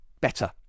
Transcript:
better